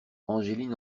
angeline